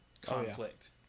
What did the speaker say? conflict